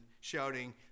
shouting